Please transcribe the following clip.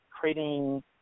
creating